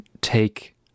take